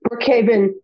Brookhaven